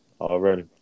Already